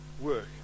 work